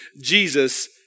Jesus